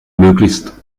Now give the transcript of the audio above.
möglichst